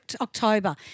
October